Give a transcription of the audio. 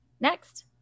Next